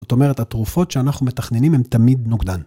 ‫זאת אומרת, התרופות שאנחנו ‫מתכננים הן תמיד נוגדן.